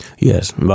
Yes